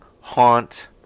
Haunt